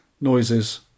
noises